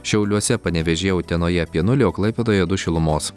šiauliuose panevėžyje utenoje apie nulį o klaipėdoje du šilumos